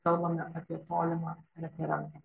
kalbame apie tolimą referentą